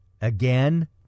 again